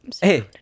Hey